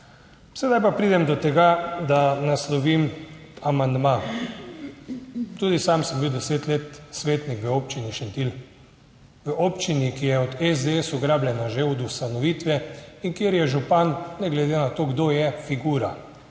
Sedaj pa pridem do tega, da naslovim amandma. Tudi sam sem bil deset let svetnik v občini Šentilj, v občini, ki je od SDS ugrabljena že od ustanovitve in kjer je župan ne glede na to, kdo je figura,